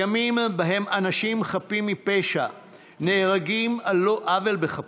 ימים שבהם אנשים חפים מפשע נהרגים על לא עוול בכפם,